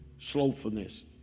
slowfulness